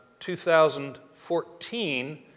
2014